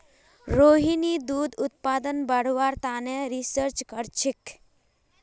रोहिणी दूध उत्पादन बढ़व्वार तने रिसर्च करछेक